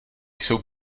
jsou